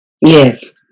Yes